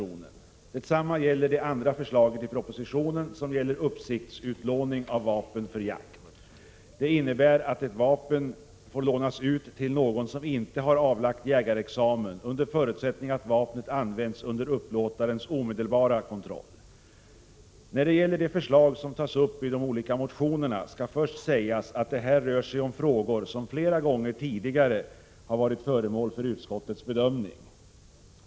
Det gör utskottet också till det andra förslaget i propositionen som gäller uppsiktsutlåning av vapen för jakt. Det innebär att ett vapen får lånas ut till någon som inte har avlagt jägarexamen, under förutsättning att vapnet används under upplåtarens omedelbara kontroll. När det gäller de förslag som tas upp i de olika motionerna skall först sägas att det rör sig om frågor som flera gånger tidigare har varit föremål för utskottets bedömning.